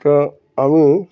তো আমি